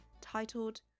titled